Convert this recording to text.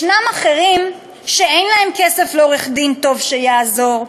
יש אחרים שאין להם כסף לעורך-דין טוב שיעזור,